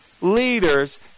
leaders